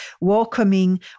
welcoming